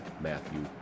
Matthew